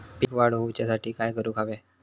पीक वाढ होऊसाठी काय करूक हव्या?